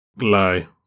lie